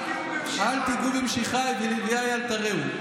אל תגעו במשיחָי ולנביאַי אל תרעו.